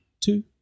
two